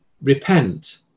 repent